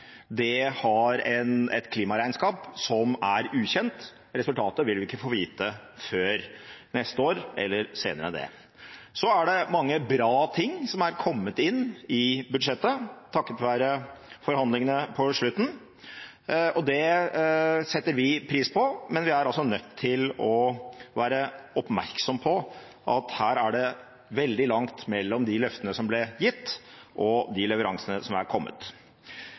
nå, har et klimaregnskap som er ukjent. Resultatet vil vi ikke få vite før neste år eller senere enn det. Det er mange bra ting som er kommet inn i budsjettet, takket være forhandlingene på slutten. Det setter vi pris på, men vi er nødt til å være oppmerksomme på at her er det veldig langt mellom de løftene som ble gitt, og de leveransene som er kommet.